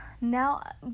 now